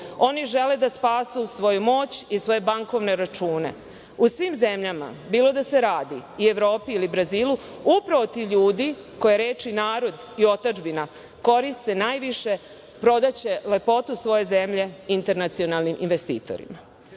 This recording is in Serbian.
oni žele da spasu svoju moć i svoje bankovne račune. U svim zemljama, bilo da se radi o Evropi ili Brazilu, upravo ti ljudi koji reči narod i otadžbina koriste najviše, prodaće lepotu svoje zemlje internacionalnim investitorima. Poslednja